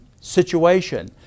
situation